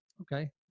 Okay